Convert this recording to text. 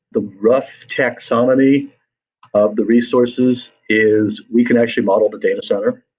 the rough taxonomy of the resources is we can actually model the data center,